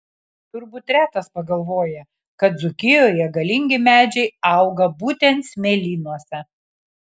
turbūt retas pagalvoja kad dzūkijoje galingi medžiai auga būtent smėlynuose